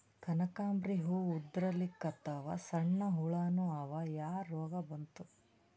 ಕನಕಾಂಬ್ರಿ ಹೂ ಉದ್ರಲಿಕತ್ತಾವ, ಸಣ್ಣ ಹುಳಾನೂ ಅವಾ, ಯಾ ರೋಗಾ ಬಂತು?